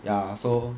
ya so